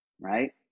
Right